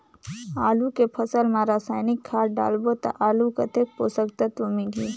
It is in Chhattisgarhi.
आलू के फसल मा रसायनिक खाद डालबो ता आलू कतेक पोषक तत्व मिलही?